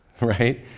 Right